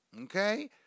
Okay